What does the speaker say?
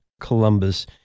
Columbus